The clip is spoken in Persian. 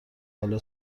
حالا